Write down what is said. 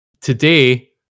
today